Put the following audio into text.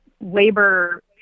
labor